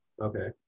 Okay